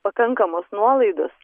pakankamos nuolaidos